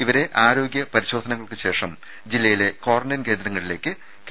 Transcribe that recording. ഇവരെ ആരോഗ്യ പരിശോധനകൾക്കുശേഷം ജില്ലകളിലെ ക്വാറന്റൈൻ കേന്ദ്രങ്ങളിലേക്ക് കെ